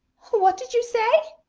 what did you say?